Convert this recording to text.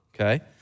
Okay